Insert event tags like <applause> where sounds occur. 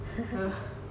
<laughs>